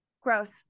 Gross